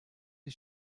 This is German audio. die